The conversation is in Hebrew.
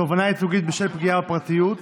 תובענה ייצוגית בשל פגיעה בפרטיות),